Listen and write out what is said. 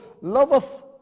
loveth